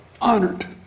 honored